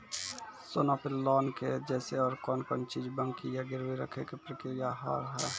सोना पे लोन के जैसे और कौन कौन चीज बंकी या गिरवी रखे के प्रक्रिया हाव हाय?